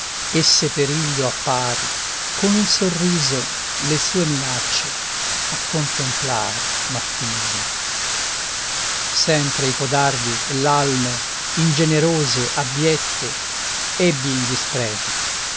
e se periglio appar con un sorriso le sue minacce a contemplar m'affiso sempre i codardi e l'alme ingenerose abbiette ebbi in dispregio